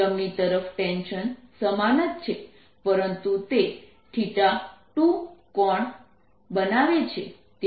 જમણી તરફ ટેન્શન સમાન જ છે પરંતુ તે 2 ખૂણો બનાવે છે